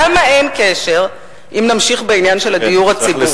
למה אין קשר, אם נמשיך בעניין של הדיור הציבורי?